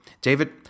David